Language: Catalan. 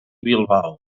bilbao